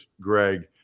Greg